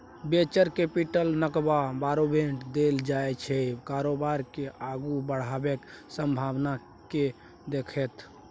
venture capital नबका कारोबारकेँ देल जाइ छै कारोबार केँ आगु बढ़बाक संभाबना केँ देखैत